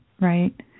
right